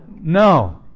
No